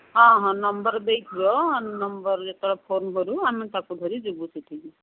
ହଁ ହଁ ନମ୍ବର୍ ଦେଇଥିବ ନମ୍ବର୍ ଯେତେବେଳେ ଫୋନ୍ କରିବ ଆମେ ତାକୁ ଧରିକି ଯିବୁ ସେଠିକି